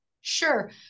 Sure